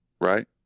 right